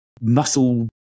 muscle